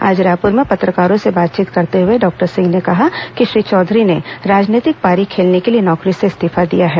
आज रायपुर में पत्रकारों से बातचीत करते हुए डॉक्टर सिंह ने कहा कि श्री चौधरी ने राजनीतिक पारी खेलने के लिए नौकरी से इस्तीफा दिया है